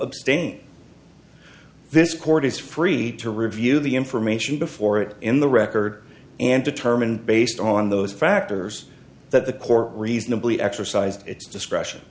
abstain this court is free to review the information before it in the record and determine based on those factors that the court reasonably exercised its discretion